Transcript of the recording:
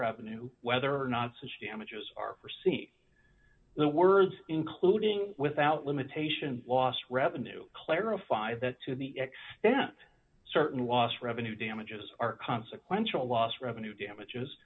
revenue whether or not such damages are seen the words including without limitation lost revenue clarify that to the extent certain loss revenue damages are consequential loss revenue damages